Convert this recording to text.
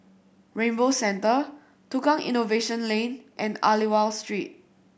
Rainbow Centre Tukang Innovation Lane and Aliwal Street